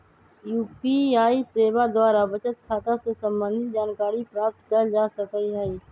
UPI सेवा द्वारा बचत खता से संबंधित जानकारी प्राप्त कएल जा सकहइ